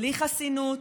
בלי חסינות,